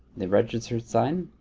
the registered sign.